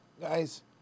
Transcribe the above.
guys